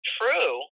true